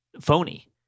phony